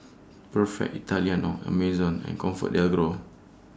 Perfect Italiano Amazon and ComfortDelGro